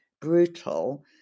brutal